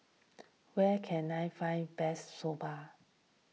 where can I find best Soba